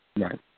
Right